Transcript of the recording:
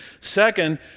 Second